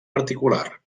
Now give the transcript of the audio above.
particular